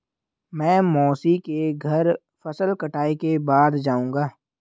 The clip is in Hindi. मैं मौसी के घर फसल कटाई के बाद जाऊंगा